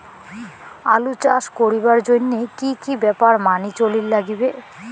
আলু চাষ করিবার জইন্যে কি কি ব্যাপার মানি চলির লাগবে?